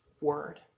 word